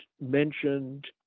mentioned